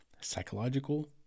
psychological